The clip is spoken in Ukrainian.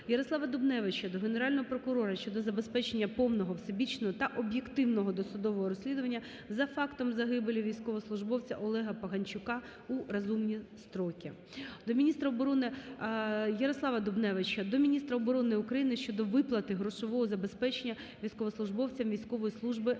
Ярослава Дубневича до Генерального прокурора щодо забезпечення повного, всебічного та об'єктивного досудового розслідування за фактом загибелі військовослужбовця Олега Погончука у розумні строки. (До міністра оборони) Ярослава Дубневича до міністра оборони України щодо виплати грошового забезпечення військовослужбовцям військової служби за